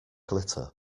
glitter